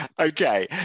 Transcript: Okay